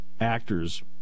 actors